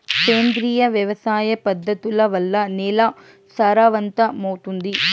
సేంద్రియ వ్యవసాయ పద్ధతుల వల్ల, నేల సారవంతమౌతుందా?